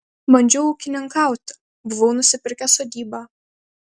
bandžiau ūkininkauti buvau nusipirkęs sodybą